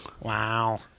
Wow